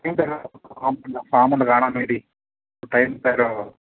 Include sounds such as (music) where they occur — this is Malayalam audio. ബുദ്ധിമുട്ടിലെങ്കിൽ (unintelligible) ഫാം ഒന്ന് കാണാൻ വേണ്ടി ടൈം ഉണ്ടാകുമോ